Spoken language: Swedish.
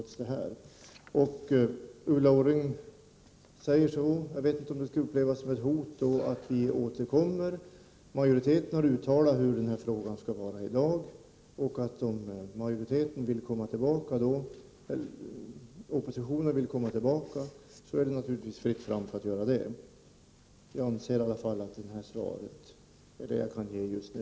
Jag vet inte om man skall uppfatta det som ett hot att Ulla Orring säger att man skall återkomma i frågan. Majoriteten har uttalat hur denna fråga skall behandlas i dag. Men om oppositionen vill återkomma i frågan, är det naturligtvis fritt fram att göra det. Jag anser i alla fall att detta är det svar jag kan ge just nu.